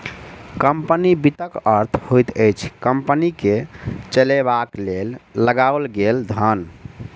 company वित्तक अर्थ होइत अछि कम्पनी के चलयबाक लेल लगाओल गेल धन